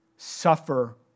suffer